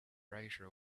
router